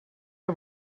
que